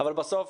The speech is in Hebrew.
אבל בסוף,